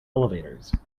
elevators